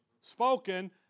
spoken